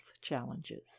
challenges